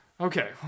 Okay